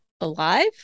alive